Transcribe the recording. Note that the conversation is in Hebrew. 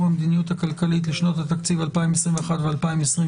המדיניות הכלכלית לשנות התקציב 2021 ו-2022).